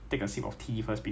因为他们的 bunk is on the way